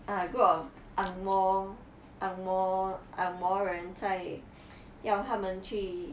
ah group of ang moh ang moh ang moh 人在要他们去